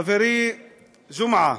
חברי ג'מעה,